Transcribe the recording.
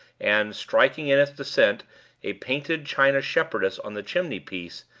and, striking in its descent a painted china shepherdess on the chimney-piece,